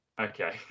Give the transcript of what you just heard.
Okay